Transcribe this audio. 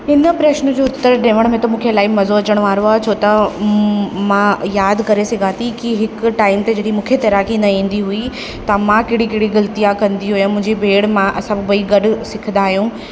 हिन प्रश्न जो उत्तर ॾिअण में त मूंखे इलाही मज़ो अचण वारो आहे छो त मां यादि करे सघां थी कि हिकु टाइम ते जॾहिं मूंखे तैराकी न ईंदी हुई त मां कहिड़ी कहिड़ी ग़लतिया कंदी हुअमि मुंहिंजी भेण मां असां ॿई गॾु सिखंदा आहियूं